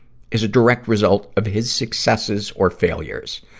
is a direct result of his successes or failures.